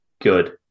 Good